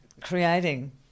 creating